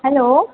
hello